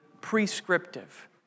prescriptive